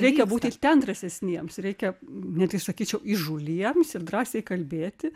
reikia būti ir ten drąsesniems reikia net gi sakyčiau įžūliems ir drąsiai kalbėti